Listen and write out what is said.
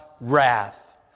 wrath